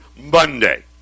Monday